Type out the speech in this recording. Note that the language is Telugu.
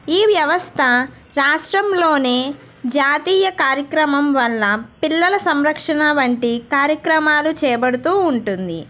ఈ వ్యవస్థ రాష్ట్రంలోనే జాతీయ కార్యక్రమం వల్ల పిల్లల సంరక్షణ వంటి కార్యక్రమాలు చేబడుతూ ఉంటుంది